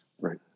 Right